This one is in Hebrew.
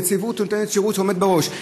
נציבות נותנת שירות שעומד בראש,